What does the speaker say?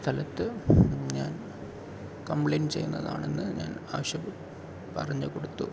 സ്ഥലത്ത് ഞാൻ കംപ്ലൈന്റ്റ് ചെയ്യുന്നതാണെന്ന് ഞാൻ ആവശ്യപ്പെട്ടു പറഞ്ഞു കൊടുത്തു